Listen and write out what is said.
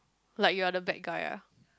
like you are the bad guy ah